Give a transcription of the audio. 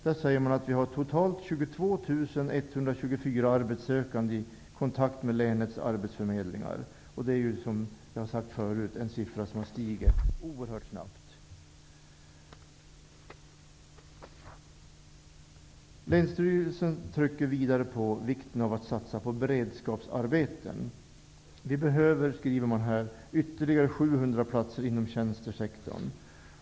Där säger man att totalt 22 124 arbetssökande är i kontakt med länets arbetsförmedlingar. Det är, som jag har sagt förut, en siffra som stiger oerhört snabbt. Länsstyrelsen trycker vidare på vikten av att satsa på beredskapsarbeten. Vi behöver, skriver man, ytterligare 700 platser inom tjänstesektorn.